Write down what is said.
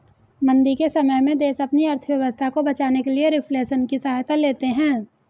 मंदी के समय में देश अपनी अर्थव्यवस्था को बचाने के लिए रिफ्लेशन की सहायता लेते हैं